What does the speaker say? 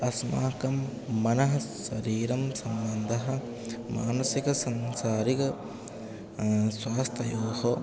अस्माकं मनः शरीरं सम्बन्धः मानसिकसांसारिक स्वास्थ्ययोः